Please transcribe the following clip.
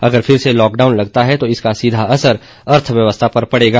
अगर फिर से लॉकडाउन लगता है तो इसका सीधा असर अर्थव्यवस्था पर पड़ेगा